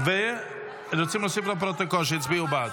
ורוצים להוסיף לפרוטוקול שהצביעו בעד.